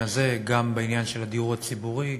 הזה וגם בעניין של הדיור הציבורי.